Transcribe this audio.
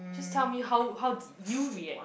just tell me how how did you react